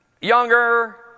younger